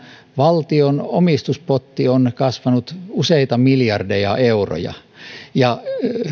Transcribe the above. valtion omistuspotti on kasvanut useita miljardeja euroja